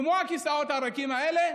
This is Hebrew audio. כמו הכיסאות הריקים האלה,